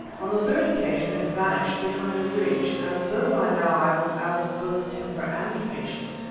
on the third occasion it vanished behind a ridge, and, though by now i was out of both temper and patience,